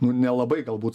nu nelabai galbūt